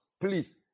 Please